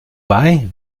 bei